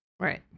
Right